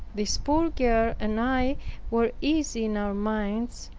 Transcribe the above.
this poor girl and i were easy in our minds,